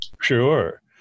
sure